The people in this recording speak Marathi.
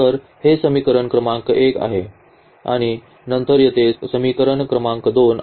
तर हे समीकरण क्रमांक 1 आहे आणि नंतर येथे समीकरण क्रमांक 2 आहे